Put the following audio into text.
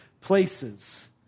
places